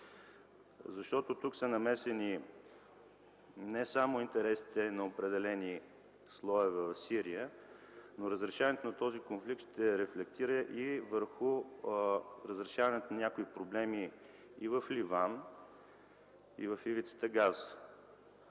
Защото тук са намесени не само интересите на определени слоеве в Сирия, но разрешението на този конфликт ще рефлектира и върху разрешаването на някои проблеми и в Ливан, и в ивицата Газа.